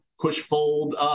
push-fold